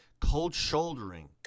Cold-shouldering